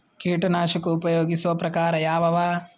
ಕೀಟನಾಶಕ ಉಪಯೋಗಿಸೊ ಪ್ರಕಾರ ಯಾವ ಅವ?